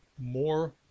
more